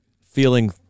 feeling